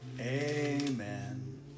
Amen